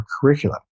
curriculum